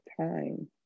time